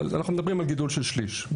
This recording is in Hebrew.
אבל אנחנו מדברים על גידול של שליש.